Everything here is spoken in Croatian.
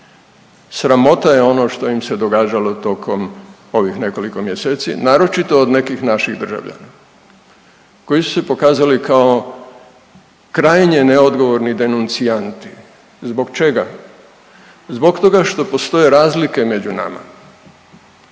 Sramota je ono što im se događalo tokom ovih nekoliko mjeseci, naročito od nekih naših državljana koji su se pokazali kao krajnje neodgovorni denuncijanti. Zbog čega? Zbog toga što postoje razlike među nama,